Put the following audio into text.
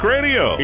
Radio